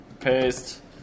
paste